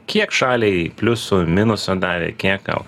kiek šaliai pliusų minuso davė kiek gal